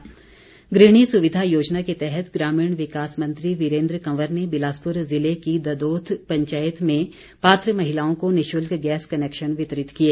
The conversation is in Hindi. वीरेन्द्र कंवर ग्रहिणी सुविधा योजना के तहत ग्रामीण विकास मंत्री वीरेन्द्र कंवर ने बिलासपुर जिले की दयोथ पंचायत में पात्र महिलाओं को निशुल्क गैस कनेक्शन वितरित किए